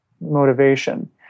motivation